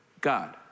God